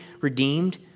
redeemed